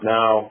now